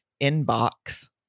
inbox